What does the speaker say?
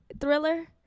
Thriller